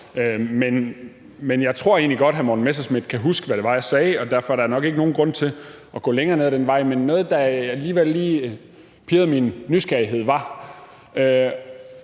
Men jeg tror egentlig godt, hr. Morten Messerschmidt kan huske, hvad jeg sagde, og derfor er der nok ikke nogen grund til at gå længere ned ad den vej. Men noget, der lige pirrer min nysgerrighed, er,